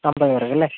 അമ്പത് പേർക്ക് അല്ലേ